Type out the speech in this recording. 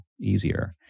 easier